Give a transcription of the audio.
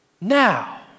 now